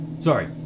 Sorry